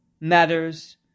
matters